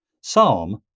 Psalm